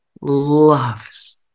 loves